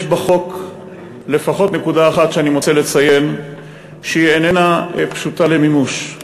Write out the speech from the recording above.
יש בחוק לפחות נקודה אחת שאני מוצא לציין שהיא איננה פשוטה למימוש: